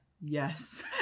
Yes